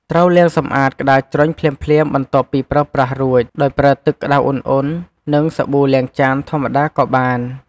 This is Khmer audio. ត្រូវលាងសម្អាតក្ដារជ្រញ់ភ្លាមៗបន្ទាប់ពីប្រើប្រាស់រួច ដោយប្រើទឹកក្ដៅឧណ្ហៗ និងសាប៊ូលាងចានធម្មតាក៏បាន។